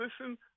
listen